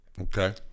okay